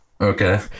Okay